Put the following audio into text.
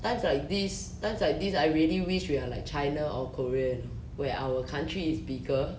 times like this times like this I really wish we are like china or korea where our country is bigger